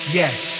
yes